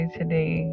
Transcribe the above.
today